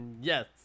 Yes